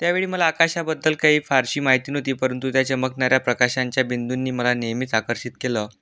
त्यावेळी मला आकाशाबद्दल काही फारशी माहिती नव्हती परंतु त्या चमकणाऱ्या प्रकाशांच्या बिंदूंनी मला नेहमीच आकर्षित केलं